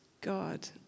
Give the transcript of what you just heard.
God